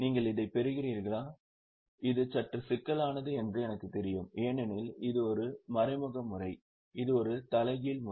நீங்கள் அதைப் பெறுகிறீர்களா இது சற்று சிக்கலானது என்று எனக்குத் தெரியும் ஏனெனில் இது ஒரு மறைமுக முறை இது ஒரு தலைகீழ் முறை